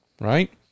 right